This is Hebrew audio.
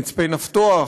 מצפה נפתוח,